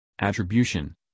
Attribution